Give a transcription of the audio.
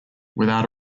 without